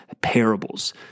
parables